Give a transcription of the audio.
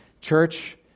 Church